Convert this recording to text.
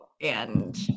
and-